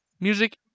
music